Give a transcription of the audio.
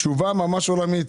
תשובה ממש עולמית.